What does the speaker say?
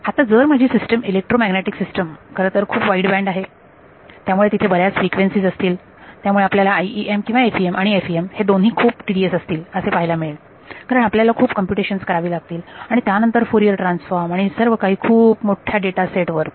आता जर माझी सिस्टीम इलेक्ट्रोमॅग्नेटिक सिस्टम खरतर खूप वाईडबँड आहे त्यामुळे तिथे बऱ्याच फ्रिक्वेन्सीज असतील त्यामुळे आपल्याला IEM आणि FEM हे दोन्ही खूप टीडीयस असतील असे पाहायला मिळेल कारण आपल्याला खूप कम्प्युटेशन्स करावी लागतील आणि त्यानंतर फोरियर ट्रान्सफॉर्म आणि असे सर्व काही खूप मोठ्या डेटा सेट वर